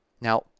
Now